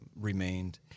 remained